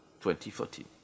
2014